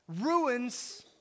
ruins